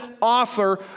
author